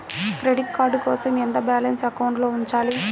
Credit card కోసం ఎంత balance అకౌంట్లో ఉంచాలి?